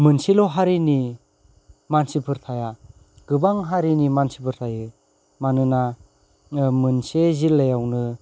मोनसेल' हारिनि मानसिफोर थाया गोबां हारिनि मानसिफोर थायो मानोना मोनसे जिल्लायावनो